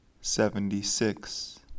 Seventy-six